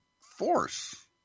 force